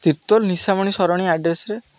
Tirtol Nishamani Sarani ଆଡ୍ରେସରେ